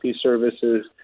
services